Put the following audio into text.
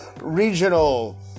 regional